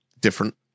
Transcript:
different